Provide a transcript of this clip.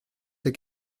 ses